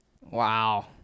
Wow